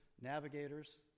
navigators